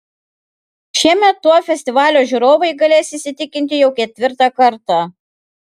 šiemet tuo festivalio žiūrovai galės įsitikinti jau ketvirtą kartą